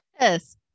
Yes